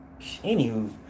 Anywho